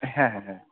হ্যাঁ হ্যাঁ হ্যাঁ